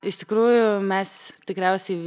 iš tikrųjų mes tikriausiai